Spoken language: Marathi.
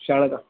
शाळेला